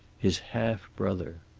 his half-brother!